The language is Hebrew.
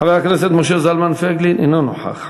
חבר הכנסת משה זלמן פייגלין, אינו נוכח.